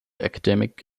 academic